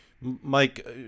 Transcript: Mike